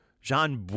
Jean